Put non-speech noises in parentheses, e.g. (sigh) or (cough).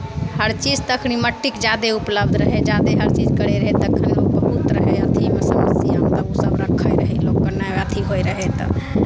हरचीज तखन मटिक जादे उपलब्ध रहै जादे हरचीज करैत रहै तखन बहुत रहै अथीमे समस्या (unintelligible) अथी होइत रहै तऽ